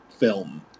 Film